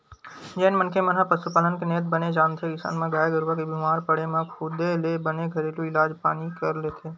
जेन मनखे मन ह पसुपालन के नेत बने जानथे अइसन म गाय गरुवा के बीमार पड़े म खुदे ले बने घरेलू इलाज पानी कर लेथे